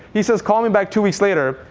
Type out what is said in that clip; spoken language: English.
he says call me back two weeks later.